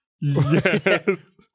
Yes